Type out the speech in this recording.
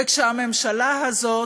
כשהממשלה הזאת